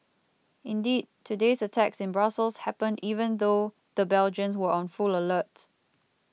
indeed today's attacks in Brussels happened even though the Belgians were on full alert